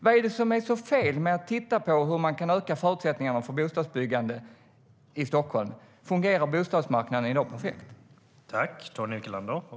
Vad är det som är så fel med att titta på hur man kan öka förutsättningarna för bostadsbyggande i Stockholm? Fungerar bostadsmarknaden perfekt i dag?